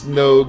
no